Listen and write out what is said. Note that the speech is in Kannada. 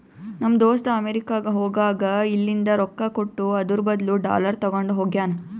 ನಮ್ ದೋಸ್ತ ಅಮೆರಿಕಾ ಹೋಗಾಗ್ ಇಲ್ಲಿಂದ್ ರೊಕ್ಕಾ ಕೊಟ್ಟು ಅದುರ್ ಬದ್ಲು ಡಾಲರ್ ತಗೊಂಡ್ ಹೋಗ್ಯಾನ್